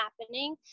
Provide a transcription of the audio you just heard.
happening